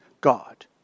God